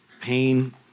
pain